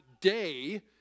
day